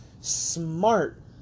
smart